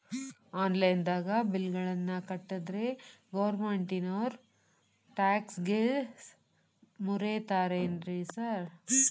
Online ದಾಗ bill ಗಳನ್ನಾ ಕಟ್ಟದ್ರೆ ಗೋರ್ಮೆಂಟಿನೋರ್ ಟ್ಯಾಕ್ಸ್ ಗೇಸ್ ಮುರೇತಾರೆನ್ರಿ ಸಾರ್?